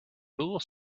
google